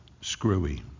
screwy